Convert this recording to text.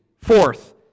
Fourth